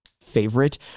favorite